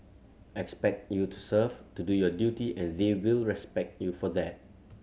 expect you to serve to do your duty and they will respect you for that